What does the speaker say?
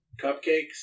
Cupcakes